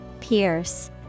Pierce